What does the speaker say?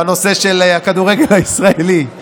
בנושא הכדורגל הישראלי.